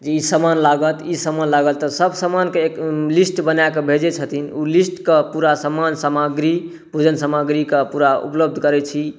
जे ई समान लागत ई समान लागत सभसमानकेँ लिस्ट बनाएके भेजैत छथिन ओ लिस्टके पूरा सामान सामग्री पूजन सामग्रीके पूरा उपलब्ध करैत छी